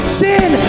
sin